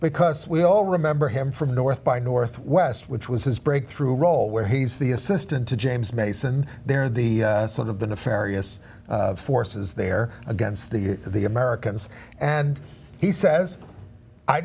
because we all remember him from north by northwest which was his breakthrough role where he's the assistant to james mason they're the sort of the nefarious forces there against the the americans and he says i